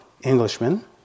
Englishman